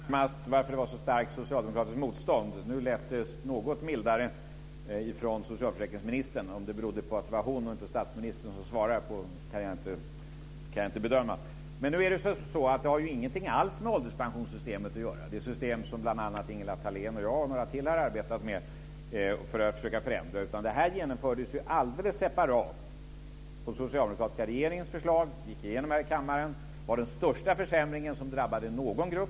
Fru talman! Frågan gällde närmast varför det var ett så starkt socialdemokratiskt motstånd. Nu lät det som att det var något mildare på socialförsäkringsministern. Om det berodde på att det var hon och inte statsministern som svarade kan jag inte bedöma. Det har ingenting alls med ålderspensionssystemet att göra - det system som bl.a. Ingela Thalén och jag och några till har arbetat med att försöka förändra. Detta genomfördes separat på socialdemokratiska regeringens förslag. Det gick igenom här i kammaren. Det var den största försämring som drabbade någon grupp.